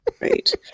right